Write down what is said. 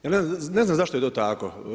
Ja ne znam zašto je to tako.